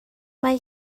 mae